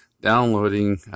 downloading